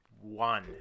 one